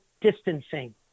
distancing